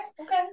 okay